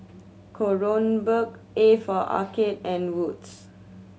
Kronenbourg A for Arcade and Wood's